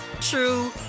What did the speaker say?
true